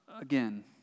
Again